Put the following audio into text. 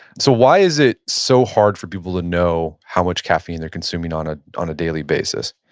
so why is it so hard for people to know how much caffeine they're consuming on ah on a daily basis?